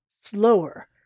slower